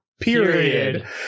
Period